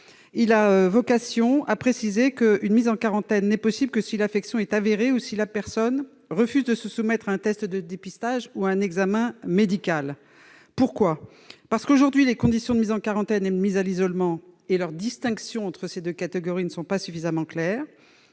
vise à préciser qu'une mise en quarantaine n'est possible que si l'infection est établie ou si la personne refuse de se soumettre à un test de dépistage ou à un examen médical. Pourquoi ? Parce que les conditions de mise en quarantaine et de mise à l'isolement, ainsi que la distinction entre ces deux catégories, ne sont pas suffisamment claires